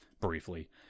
briefly